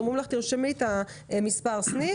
אומרים לך לרשום את מספר הסניף,